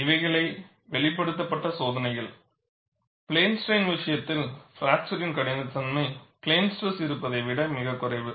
இவைகளே வெளிப்படுத்தப்பட்ட சோதனைகள் பிளேன் ஸ்ட்ரைன் விஷயத்தில் பிராக்சர் கடினத்தன்மை பிளேன் ஸ்ட்ரெஸ் இருப்பதை விட மிகக் குறைவு